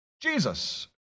Jesus